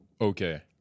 Okay